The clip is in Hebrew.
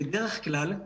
בדרך כלל,